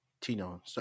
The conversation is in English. Tino